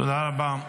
תודה רבה.